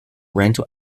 rental